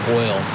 oil